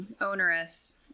onerous